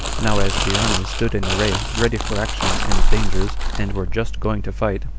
now as the armies stood in array, ready for action and dangers, and were just going to fight,